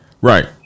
Right